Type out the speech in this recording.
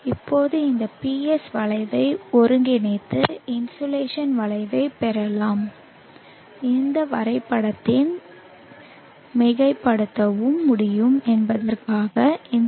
இப்போது இந்த PS வளைவை ஒருங்கிணைத்து இன்சோலேஷன் வளைவைப் பெறவும் இந்த வரைபடத்தில் மிகைப்படுத்தவும் முடியும் என்பதற்காக insolation